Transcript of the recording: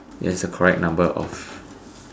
ya it has the correct number of